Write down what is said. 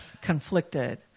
conflicted